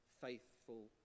faithful